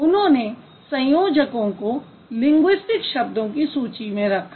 उन्होंने संयोजकों को लिंगुइस्टिक शब्दों की सूची में रखा